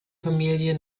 familie